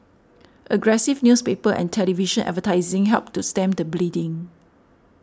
aggressive newspaper and television advertising helped to stem the bleeding